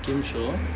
game show